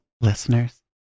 Listeners